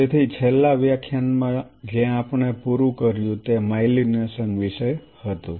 તેથી છેલ્લા વ્યાખ્યાન માં જ્યાં આપણે પૂરું કર્યું તે માયલિનેશન વિશે હતું